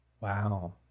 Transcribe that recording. Wow